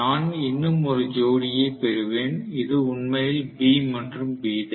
நான் இன்னும் ஒரு ஜோடியைப் பெறுவேன் இது உண்மையில் B மற்றும் B'